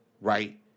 right